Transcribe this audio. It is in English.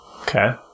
Okay